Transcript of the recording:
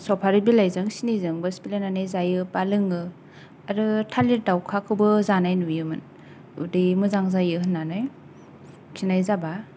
सफारि बिलाइजों सिनिजोंबो सिफ्लेनानै जायो बा लोङो आरो थालिर दावखाखौबो जानाय नुयोमोन उदै मोजां जायो होननानै खिनाय जाबा